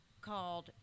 called